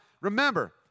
remember